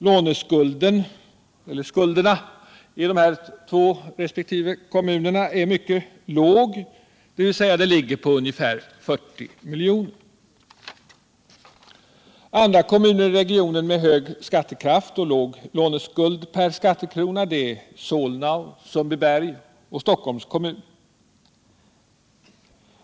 Låneskulden i respektive kommun är mycket låg, dvs. omkring 40 milj.kr. Andra kommuner i regionen med hög skattekraft och låg låneskuld per skattekrona är Solna, Sundbyberg och Stockholms kommun.